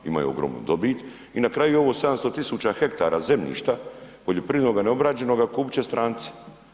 Imaju ogromnu dobit i na kraju ovo 700 tisuća hektara zemljišta poljoprivrednoga neobrađenoga kupit će stranci.